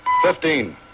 Fifteen